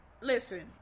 listen